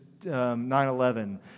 9-11